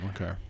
Okay